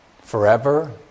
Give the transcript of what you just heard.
Forever